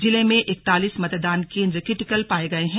जिले में इकतालीस मतदान केन्द्र क्रिटिकल पाये गये हैं